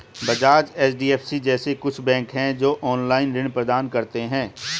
Bajaj, HDFC जैसे कुछ bank है, जो ऑनलाईन ऋण प्रदान करते हैं